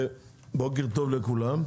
בוקר טוב לכולם.